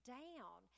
down